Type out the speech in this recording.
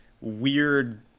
weird